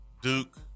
Duke